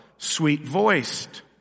Sweet-voiced